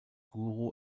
guru